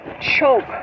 choke